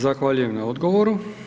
Zahvaljujem na odgovoru.